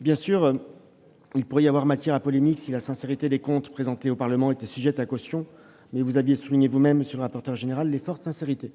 Bien sûr, il pourrait y avoir matière à polémique si la sincérité des comptes présentés au Parlement était sujette à caution, mais vous aviez vous-même souligné, monsieur le rapporteur général, l'effort de sincérité